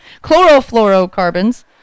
chlorofluorocarbons